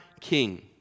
King